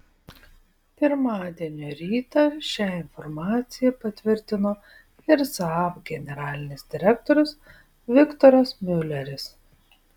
pirmadienio rytą šią informaciją patvirtino ir saab generalinis direktorius viktoras miuleris